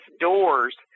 doors